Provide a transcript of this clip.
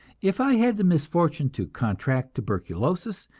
if i had the misfortune to contract tuberculosis,